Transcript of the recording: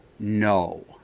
No